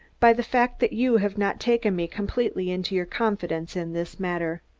by the fact that you have not taken me completely into your confidence in this matter.